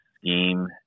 scheme